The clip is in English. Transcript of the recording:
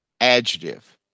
adjective